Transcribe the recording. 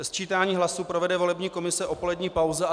Sčítání hlasů provede volební komise o polední pauze.